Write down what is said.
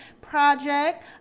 Project